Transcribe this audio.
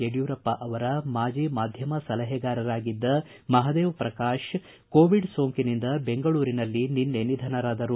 ಯಡಿಯೂರಪ್ಪ ಅವರ ಮಾಜಿ ಮಾಧ್ಯಮ ಸಲಹೆಗಾರರಾಗಿದ್ದ ಮಹದೇವ ಪ್ರಕಾಶ್ ಕೋವಿಡ್ ಸೋಂಕಿನಿಂದ ಬೆಂಗಳೂರಿನಲ್ಲಿ ನಿನ್ನೆ ನಿಧನರಾದರು